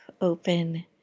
open